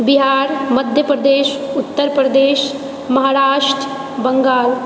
Bihar Madhya Pradesh Uttar Pradesh Maharashtra Bengal